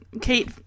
Kate